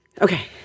Okay